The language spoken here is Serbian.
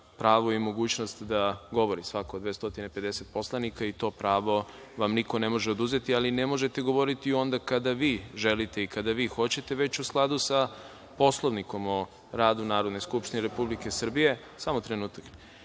pravo i mogućnost da govori, svako od 250 poslanika i to pravo vam niko ne može oduzeti, ali ne možete govoriti onda kada vi želite i kada vi hoćete, već u skladu sa Poslovnikom o radu Narodne skupštine Republike Srbije.(Goran